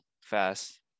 fast